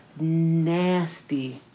Nasty